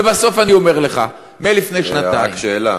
ובסוף, אני אומר לך, מלפני שנתיים, רק שאלה.